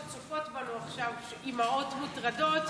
בגלל שיש צופות שצופות בנו עכשיו, אימהות מוטרדות,